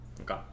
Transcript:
Okay